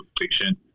fiction